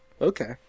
Okay